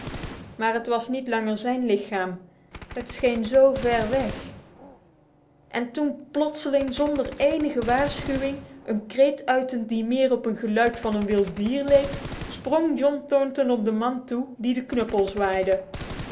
maar het was niet langer zijn lichaam het scheen zo ver weg en toen plotseling zonder enige waarschuwing een kreet uitend die meer op het geluid van een wild dier leek sprong john thornton op den man toe die de knuppel zwaaide